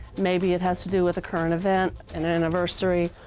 maybe it has to do with a current event, an anniversary.